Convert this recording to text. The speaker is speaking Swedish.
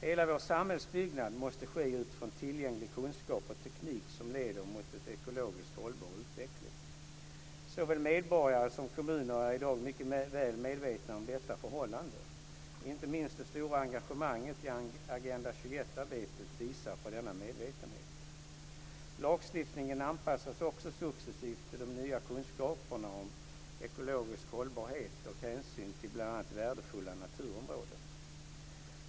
Hela vår samhällsbyggnad måste ske utifrån tillgänglig kunskap och teknik som leder mot en ekologiskt hållbar utveckling. Såväl medborgare som kommuner är i dag mycket väl medvetna om detta förhållande. Inte minst det stora engagemanget i Agenda 21-arbetet visar på denna medvetenhet. Lagstiftningen anpassas också successivt till de nya kunskaperna om ekologisk hållbarhet och hänsyn till bl.a. värdefulla naturområden.